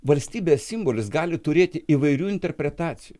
valstybės simbolis gali turėti įvairių interpretacijų